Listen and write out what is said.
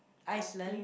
Iceland